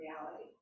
reality